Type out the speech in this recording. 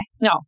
no